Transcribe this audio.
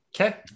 Okay